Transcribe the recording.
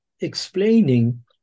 explaining